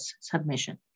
submission